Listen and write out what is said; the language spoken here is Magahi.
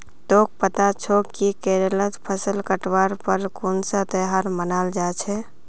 तोक पता छोक कि केरलत फसल काटवार पर कुन्सा त्योहार मनाल जा छे